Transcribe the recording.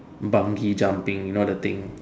Bungee jumping you know the thing